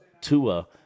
Tua